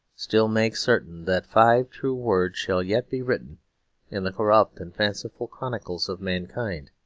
still make certain that five true words shall yet be written in the corrupt and fanciful chronicles of mankind